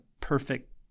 perfect